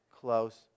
close